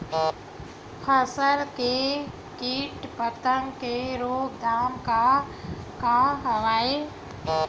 फसल के कीट पतंग के रोकथाम का का हवय?